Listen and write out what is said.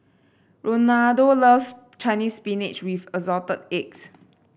Rolando loves Chinese Spinach with Assorted Eggs